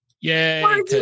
Yay